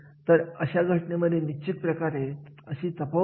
म्हणून कार्याचे अवलोकन असे करावे ज्यामध्ये महत्त्वाचें नसणारे 200 कार्य कमी करावी